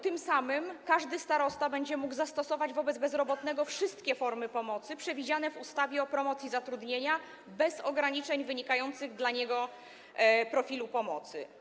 Tym samym każdy starosta będzie mógł zastosować wobec bezrobotnego wszystkie formy pomocy przewidziane w ustawie o promocji zatrudnienia bez ograniczeń wynikających z ustalonego dla niego profilu pomocy.